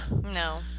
No